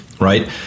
Right